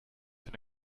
been